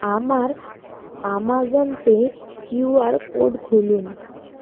আমার Amazon pay QR code খুলুন